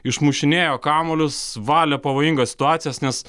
išmušinėjo kamuolius valė pavojingas situacijas nes